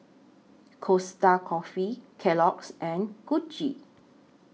Costa Coffee Kellogg's and Gucci